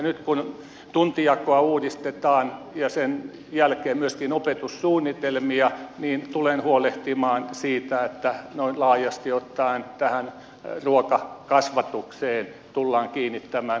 nyt kun tuntijakoa uudistetaan ja sen jälkeen myöskin opetussuunnitelmia tulen huolehtimaan siitä että noin laajasti ottaen tähän ruokakasvatukseen tullaan kiinnittämään opetussuunnitelmaperusteissa huomiota